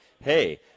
hey